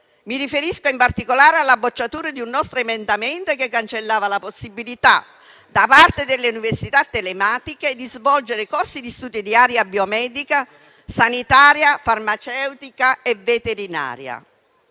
Mi riferisco in particolare alla bocciatura di un nostro emendamento che cancellava la possibilità, da parte delle università telematiche, di svolgere corsi di studi di area biomedica, sanitaria, farmaceutica e veterinaria.